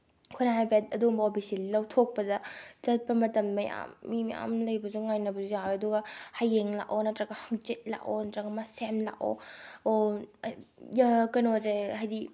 ꯑꯩꯈꯣꯏꯅ ꯍꯥꯏꯐꯦꯠ ꯑꯗꯨꯒꯨꯝꯕ ꯑꯣ ꯕꯤ ꯁꯤ ꯂꯧꯊꯣꯛꯄꯗ ꯆꯠꯄ ꯃꯇꯝ ꯃꯌꯥꯝ ꯃꯤ ꯃꯌꯥꯝ ꯂꯩꯕꯁꯨ ꯉꯥꯏꯅꯕꯁꯨ ꯌꯥꯎꯏ ꯑꯗꯨꯒ ꯍꯌꯦꯡ ꯂꯥꯛꯑꯣ ꯅꯠꯇ꯭ꯔꯒ ꯍꯪꯆꯤꯠ ꯂꯥꯛꯑꯣ ꯅꯠꯇ꯭ꯔꯒ ꯃꯁꯦꯝ ꯂꯥꯛꯑꯣ ꯀꯩꯅꯣꯁꯦ ꯍꯥꯏꯗꯤ